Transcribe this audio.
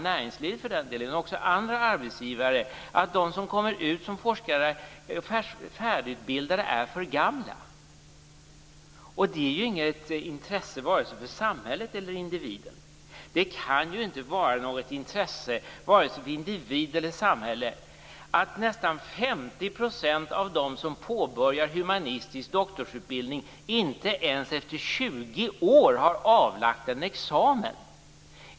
Näringslivet och andra arbetsgivare har ju klagat över att de forskare som är färdigutbildade är för gamla. Det kan inte vara av intresse för vare sig individen eller för samhället att nästan 50 % av dem som påbörjar humanistisk doktorsutbildning inte ens efter 20 år har avlagt en examen.